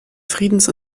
friedens